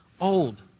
old